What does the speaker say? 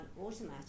automatically